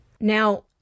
Now